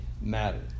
matter